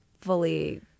fully